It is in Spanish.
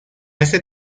este